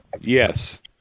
Yes